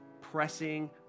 pressing